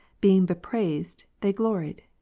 being bepraised, they gloried?